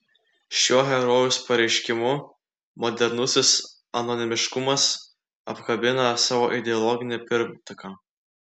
šiuo herojaus pareiškimu modernusis anonimiškumas apkabina savo ideologinį pirmtaką